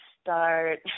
start